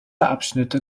abschnitte